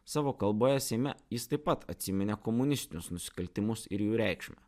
savo kalboje seime jis taip pat atsiminė komunistinius nusikaltimus ir jų reikšmę